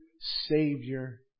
Savior